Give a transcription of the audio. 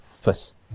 First